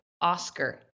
Oscar